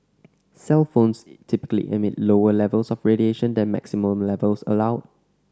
cellphones typically emit lower levels of radiation than maximum levels allowed